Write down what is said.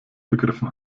begriffen